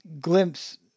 glimpse